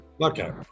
okay